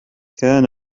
كان